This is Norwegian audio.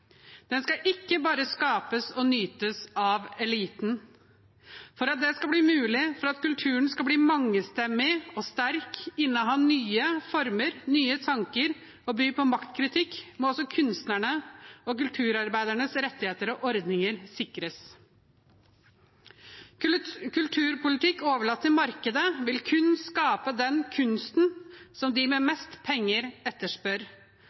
Den skal ikke bare skapes og nytes av eliten. For at det skal bli mulig, for at kulturen skal bli mangestemmig, sterk, inneha nye former, nye tanker og by på maktkritikk, må også kunstnerne og kulturarbeidernes rettigheter og ordninger sikres. Kulturpolitikk overlatt til markedet vil kun skape den kunsten som de med mest penger etterspør,